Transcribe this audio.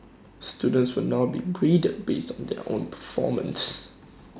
students will now be graded based on their own performance